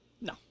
No